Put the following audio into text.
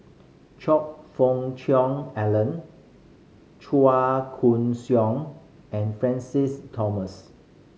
Choe Fook Cheong Alan Chua Koon Siong and Francis Thomas